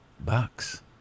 Bucks